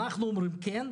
אנחנו אומרים 'כן',